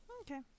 Okay